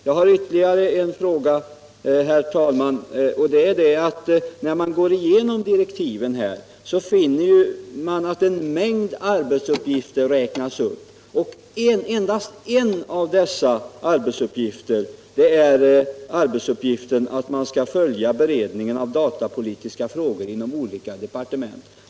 Jag har ytterligare en fråga, herr talman. När man går igenom direktiven här finner man att en mängd arbetsuppgifter räknas upp, och en av dessa arbetsuppgifter är att följa beredningen av datapolitiska frågor inom olika departement.